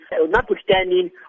notwithstanding